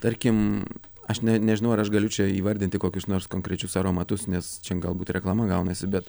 tarkim aš ne nežinau ar aš galiu čia įvardinti kokius nors konkrečius aromatus nes čia galbūt reklama gaunasi bet